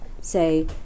say